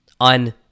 on